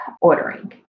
ordering